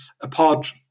apart